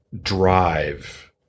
drive